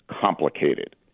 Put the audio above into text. complicated